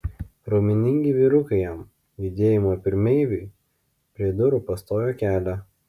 raumeningi vyrukai jam judėjimo pirmeiviui prie durų pastojo kelią